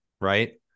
right